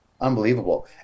unbelievable